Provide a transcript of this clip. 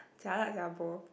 jialat lah bro